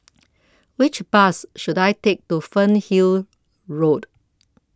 Which Bus should I Take to Fernhill Road